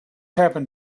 happened